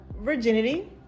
virginity